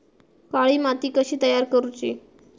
काळी माती कशी तयार करूची?